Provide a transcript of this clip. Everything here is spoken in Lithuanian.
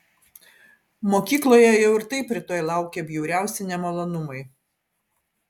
mokykloje jau ir taip rytoj laukė bjauriausi nemalonumai